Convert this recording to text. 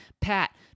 Pat